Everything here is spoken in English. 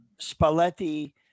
Spalletti